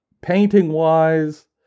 painting-wise